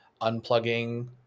unplugging